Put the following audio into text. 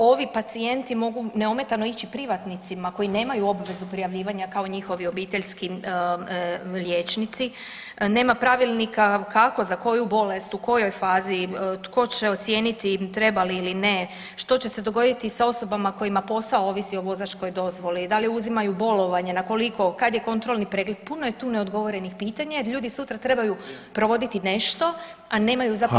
Ovi pacijenti mogu neometano ići privatnicima koji nemaju obvezu prijavljivanja kao njihovi obiteljski liječnici, nema pravilnika kako za koju bolest, u kojoj fazi tko će ocijeniti treba li ili ne, što će se dogoditi sa osobama kojima posao ovisi o vozačkoj dozvoli, da li uzimaju bolovanje, na koliko, kad je kontrolni pregled puno je tu neodgovornih pitanja jer ljudi sutra trebaju provoditi nešto, a nemaju zapravo